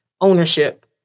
ownership